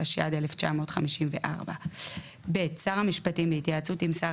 התשי"ד 1954. (ב)שר המשפטים בהתייעצות עם שר